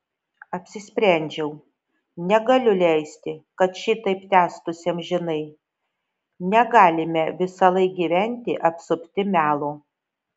apsisprendžiau negaliu leisti kad šitaip tęstųsi amžinai negalime visąlaik gyventi apsupti melo